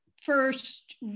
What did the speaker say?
first